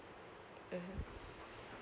mmhmm